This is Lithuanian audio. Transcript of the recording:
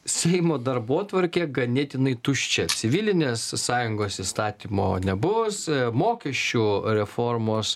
seimo darbotvarkė ganėtinai tuščia civilinės sąjungos įstatymo nebus mokesčių reformos